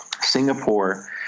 Singapore